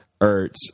Ertz